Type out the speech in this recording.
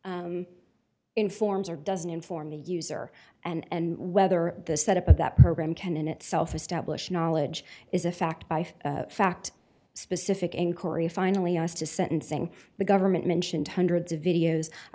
informs or doesn't inform the user and whether the set up of that program can in itself establish knowledge is a fact fact specific in korea finally us to sentencing the government mentioned hundreds of videos i